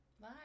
bye